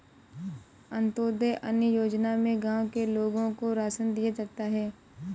अंत्योदय अन्न योजना में गांव के लोगों को राशन दिया जाता है